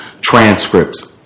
transcripts